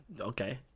okay